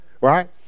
right